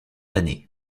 années